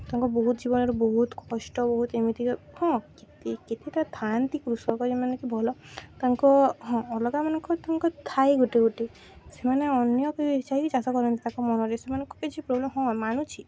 ତାଙ୍କ ବହୁତ ଜୀବନରେ ବହୁତ କଷ୍ଟ ବହୁତ ଏମିତି ହଁ ସେ କେତେଟା ଥାଆନ୍ତି କୃଷକ ଯେଉଁମାନେକି ଭଲ ତାଙ୍କ ହଁ ଅଲଗାମାନଙ୍କ ତାଙ୍କ ଥାଏ ଗୋଟେ ଗୋଟେ ସେମାନେ ଅନ୍ୟ କିଛି ଚାଷ କରନ୍ତି ତାଙ୍କ ମନରେ ସେମାନଙ୍କୁ କିଛି ପ୍ରୋବ୍ଲେମ୍ ହଁ ମାନୁଛି